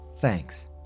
Thanks